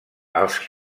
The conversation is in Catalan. els